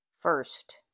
first